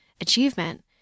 achievement